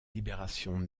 libération